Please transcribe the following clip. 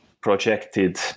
projected